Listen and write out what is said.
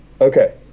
Okay